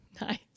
Nice